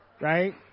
right